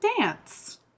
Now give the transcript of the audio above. dance